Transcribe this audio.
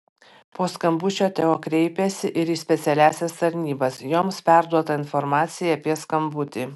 po skambučio teo kreipėsi ir į specialiąsias tarnybas joms perduota informacija apie skambutį